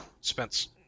Spence